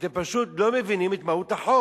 אתם פשוט לא מבינים את מהות החוק.